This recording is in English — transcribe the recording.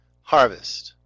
harvest